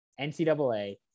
ncaa